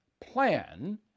Plan